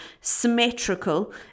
symmetrical